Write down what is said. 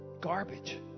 Garbage